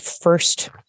first